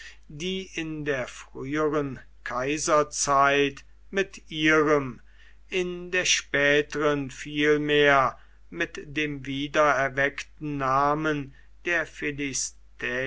die in der früheren kaiserzeit mit ihrem in der späteren vielmehr mit dem wiedererweckten namen der